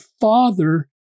Father